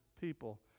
people